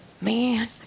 Man